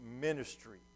ministry